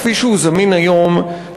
כפי שהוא זמין היום,